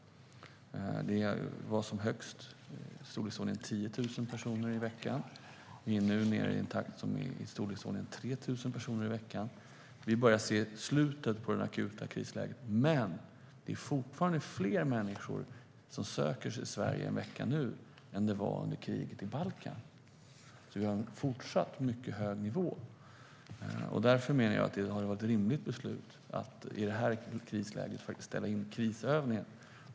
Det var som högst i storleksordningen 10 000 personer i veckan. Vi är nu nere i storleksordningen 3 000 personer i veckan. Vi börjar se slutet på det akuta krisläget. Men det är fortfarande fler människor som söker sig till Sverige i veckan nu än det var under kriget i Balkan. Vi har en fortsatt mycket hög nivå. Därför menar jag att det var ett rimligt beslut att i det här krisläget ställa in krisövningen.